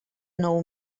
nou